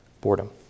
boredom